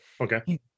okay